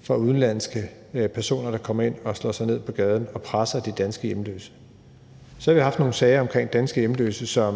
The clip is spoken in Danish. fra udenlandske personer, der kommer ind og slår sig ned på gaden og presser de danske hjemløse. Så har vi haft nogle sager om danske hjemløse, hvor jeg